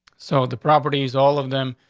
so the properties, all of them,